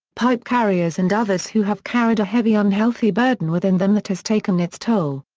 pipe carriers and others who have carried a heavy unhealthy burden within them that has taken its toll.